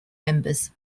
members